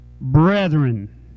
brethren